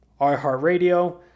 iHeartRadio